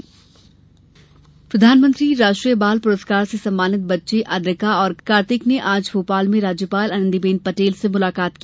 PM बाल पुरस्कार प्रधानमंत्री राष्ट्रीय बाल प्रस्कार से सम्मानित बच्चे अद्रिका और कार्तिक ने आज भोपाल में राज्यपाल आनंदीबेन पटेल से मुलाकात की